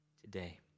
today